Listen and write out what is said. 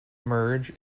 merge